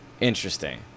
Interesting